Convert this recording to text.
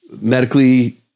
medically